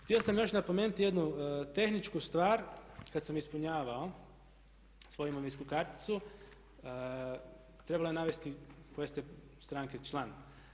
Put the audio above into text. Htio sam još napomenuti jednu tehničku stvar kad sam ispunjavao svoju imovinsku karticu trebalo je navesti koje ste stranke član.